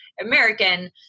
American